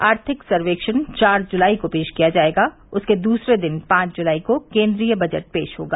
आर्थिक सर्वेक्षण चार जुलाई को पेश किया जाएगा और उसके दूसरे दिन पांच जुलाई को केन्द्रीय बजट पेश होगा